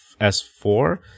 S4